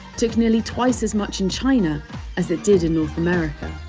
took nearly twice as much in china as it did in north america